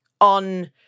on